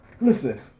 Listen